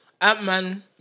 Ant-Man